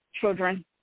children